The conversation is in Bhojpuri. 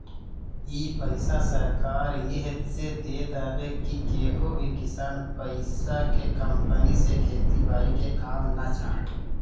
इ पईसा सरकार एह से देत हवे की केहू भी किसान पईसा के कमी से खेती बारी के काम ना छोड़े